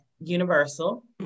Universal